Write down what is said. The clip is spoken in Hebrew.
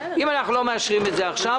אם אנחנו לא מאשרים את זה עכשיו,